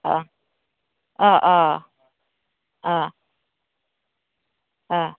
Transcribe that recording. अ अ अ अ अ